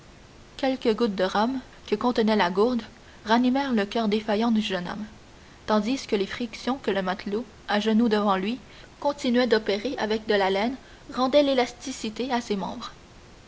quelques gouttes de rhum que contenait la gourde ranimèrent le coeur défaillant du jeune homme tandis que les frictions que le matelot à genoux devant lui continuait d'opérer avec de la laine rendaient l'élasticité à ses membres